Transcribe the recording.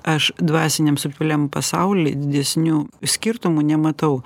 aš dvasiniam subtiliam pasauly didesnių skirtumų nematau